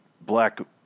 Black